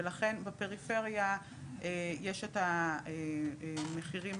ולכן בפריפריה יש את המחירים